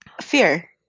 fear